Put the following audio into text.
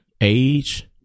age